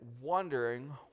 wondering